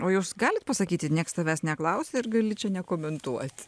o jūs galit pasakyti nieks tavęs neklausia ir gali čia nekomentuot